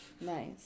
Nice